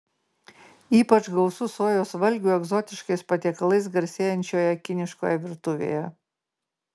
ypač gausu sojos valgių egzotiškais patiekalais garsėjančioje kiniškoje virtuvėje